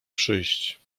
przyjść